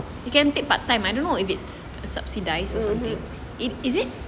you can take part time I don't know if it's subsidised or something it is it